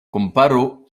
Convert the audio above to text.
komparo